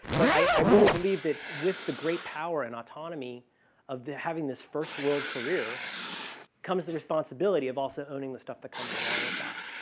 but i really believe that with the great power and autonomy of the having this first world career comes in responsibility of also owning the stuff that comes along with that.